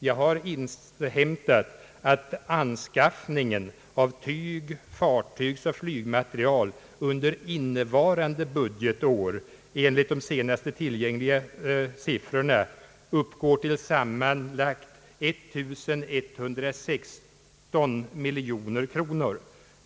Jag har inhämtat att anskaffningen av tyg-, fartygsoch flygmateriel under innevarande budgetår enligt de senaste tillgängliga siffrorna uppgår till sammanlagt 1116 miljoner kronor.